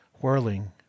whirling